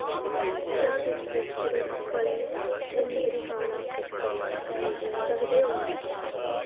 क्या तुस बिस्कुटें फलें समुंदरी खाना रखदे ओ